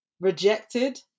Rejected